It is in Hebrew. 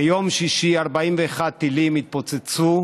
ביום שישי 41 טילים התפוצצו,